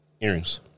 Earrings